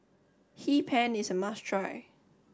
Hee Pan is a must try